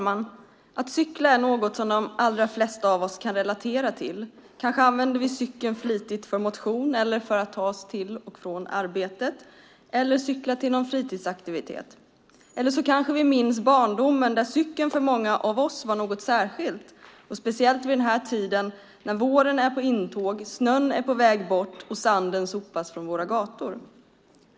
Fru talman! Cykling är något som de flesta av oss kan relatera till. Vi kanske använder cykeln flitigt för motion eller för att ta oss till och från arbetet eller till någon fritidsaktivitet. Vi kanske minns barndomen då cykeln var något särskilt, speciellt så här års när våren är på väg, snön är på väg bort och sanden sopas från gatorna.